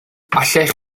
allech